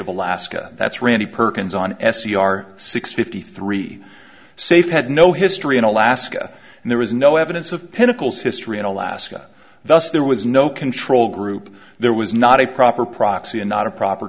of alaska that's randy perkins on s c r six fifty three safe had no history in alaska and there was no evidence of pinnacles history in alaska thus there was no control group there was not a proper proxy and not a proper